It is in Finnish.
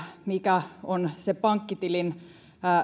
mikä on se pankkitilin